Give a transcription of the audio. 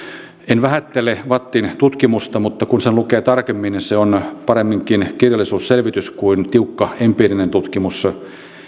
en vähättele vattin tutkimusta mutta kun sen lukee tarkemmin niin se on paremminkin kirjallisuusselvitys kuin tiukka empiirinen tutkimus